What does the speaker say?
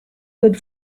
good